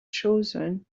chosen